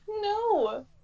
No